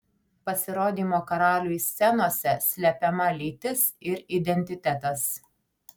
pasirodymo karaliui scenose slepiama lytis ir identitetas